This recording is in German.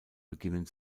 beginnen